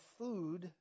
food